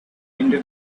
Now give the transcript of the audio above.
into